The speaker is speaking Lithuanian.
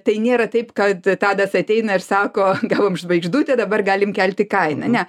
tai nėra taip kad tadas ateina ir sako gavom žvaigždutę dabar galim kelti kainą ne